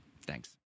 Thanks